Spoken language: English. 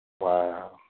Wow